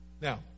Now